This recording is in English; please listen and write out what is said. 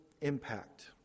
impact